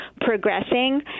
progressing